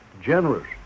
generous